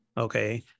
Okay